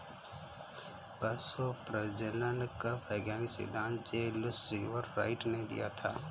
पशु प्रजनन का वैज्ञानिक सिद्धांत जे लुश सीवाल राइट ने दिया था